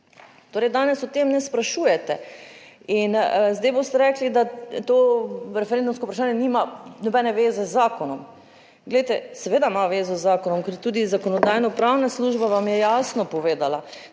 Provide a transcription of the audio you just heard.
Torej danes o tem ne sprašujete. In zdaj boste rekli, da to referendumsko vprašanje nima nobene veze z zakonom, glejte, seveda ima vezo z zakonom, ker tudi Zakonodajno-pravna služba vam je jasno povedala,